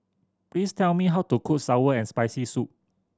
please tell me how to cook sour and Spicy Soup